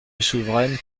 souveraine